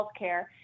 healthcare